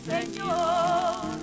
Señor